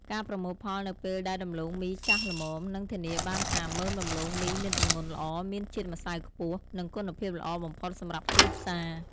ការប្រមូលផលនៅពេលដែលដំឡូងមីចាស់ល្មម នឹងធានាបានថាមើមដំឡូងមីមានទម្ងន់ល្អ មានជាតិម្សៅខ្ពស់ និងគុណភាពល្អបំផុតសម្រាប់ទីផ្សារ។